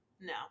No